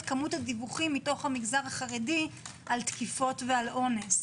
כמות הדיווחים מתוך המגזר החרדי על תקיפות ועל אונס.